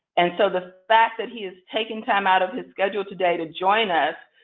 and so the fact that he is taking time out of his schedule today to join us,